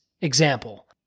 example